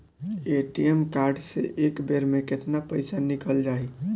ATM card से एक बेर मे केतना पईसा निकल जाई?